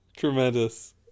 tremendous